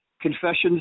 Confessions